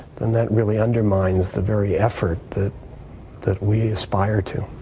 then that really undermines the very effort that that we aspire to.